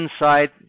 inside